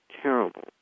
terrible